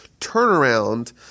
turnaround